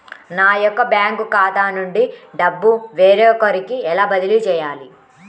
నా యొక్క బ్యాంకు ఖాతా నుండి డబ్బు వేరొకరికి ఎలా బదిలీ చేయాలి?